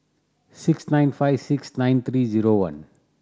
six nine five six nine three zero one